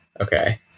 okay